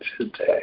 today